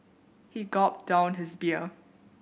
he gulped down his beer